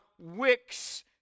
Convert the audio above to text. wicks